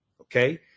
okay